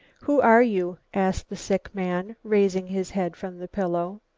who are you? asked the sick man, raising his head from the pillow.